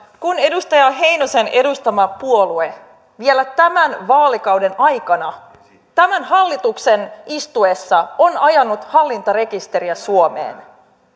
kun edustaja heinosen edustama puolue vielä tämän vaalikauden aikana tämän hallituksen istuessa on ajanut hallintarekisteriä suomeen